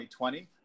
2020